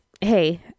Hey